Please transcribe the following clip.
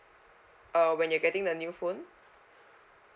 uh when you're getting a new phone